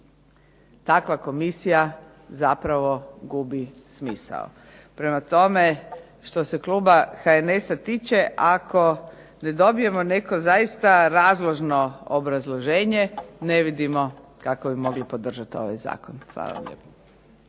Takva komisija zapravo gubi smisao. Prema tome, što se kluba HNS-a tiče, ako ne dobijemo neko zaista razložno obrazloženje ne vidimo kako bi mogli podržati ovaj zakon. Hvala vam lijepo.